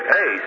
Hey